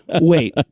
Wait